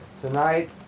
Tonight